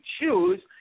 choose